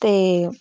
ਅਤੇ